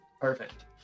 Perfect